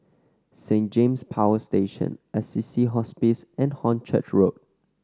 Saint James Power Station Assisi Hospice and Hornchurch Road